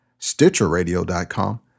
StitcherRadio.com